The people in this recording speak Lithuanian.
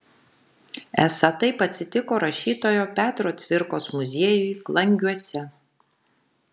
esą taip atsitiko rašytojo petro cvirkos muziejui klangiuose